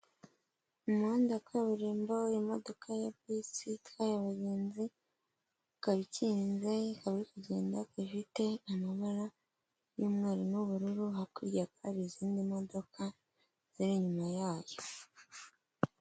Umuhanda wa kaburimbo, imodoka ya bisi itwaye abagenzi, ikaba ikinze, ikaba iri kugenda ifite amabara y'umweru, n'ubururu, hakurya hari izindi modoka ziri inyuma yayo.